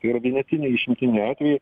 tai yra vienetiniai išimtiniai atvejai